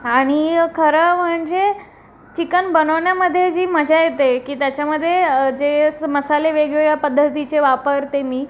आणि खरं म्हणजे चिकन बनवण्यामध्ये जी मजा येते की त्याच्यामधे जे स् मसाले वेगवेगळ्या पद्धतीचे वापरते मी